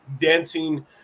dancing